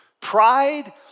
Pride